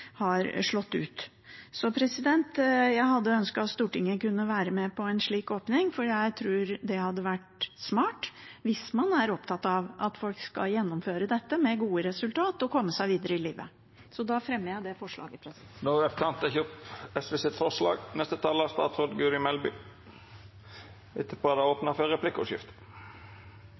slått ut. Jeg hadde ønsket at Stortinget kunne være med på en slik åpning, for jeg tror det hadde vært smart hvis man er opptatt av at folk skal gjennomføre dette med gode resultat og komme seg videre i livet. Jeg fremmer forslaget vårt. Representanten Karin Andersen har teke opp det forslaget ho refererte. Selv om vi nå forhåpentligvis er i innspurten av pandemien, er det